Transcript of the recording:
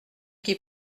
qui